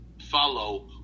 follow